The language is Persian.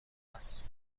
است